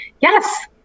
Yes